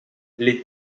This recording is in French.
les